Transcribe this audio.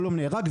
מישהו נהרג,